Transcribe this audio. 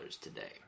today